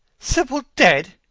sibyl dead!